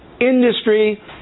industry